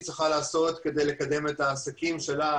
צריכה לעשות כדי לקדם את העסקים שלה.